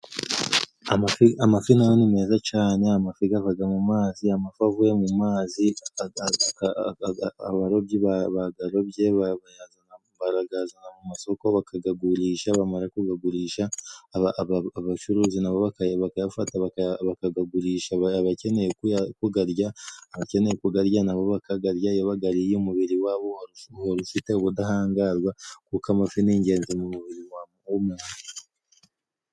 Amafi nayo ni meza cane， amafi gavaga mu mazi， amafi avuye mu mazi， abarobyi bagarobye baragazana mu masoko，bakagurisha bamara kugagurisha， abacuruzi nabo bakayafata bakagagurisha abakeneye kugarya，abakeneye kugarya nabo bakagarya， iyo bagariye umubiri wabo uhora ufite ubudahangarwa，kuko amafi ni ingenzi mu mubiri w'umuntu.